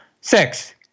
six